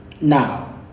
now